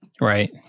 Right